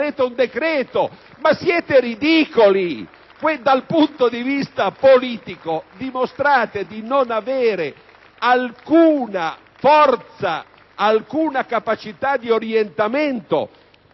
PD e IdV).* Dal punto di vista politico dimostrate di non avere alcuna forza e capacità di orientamento